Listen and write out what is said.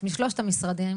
שתתפרס על פני מספר שנים.